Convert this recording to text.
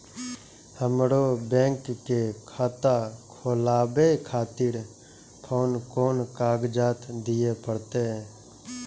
हमरो बैंक के खाता खोलाबे खातिर कोन कोन कागजात दीये परतें?